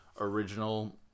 original